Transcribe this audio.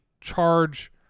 charge